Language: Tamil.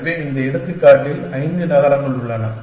எனவே இந்த எடுத்துக்காட்டில் ஐந்து நகரங்கள் உள்ளன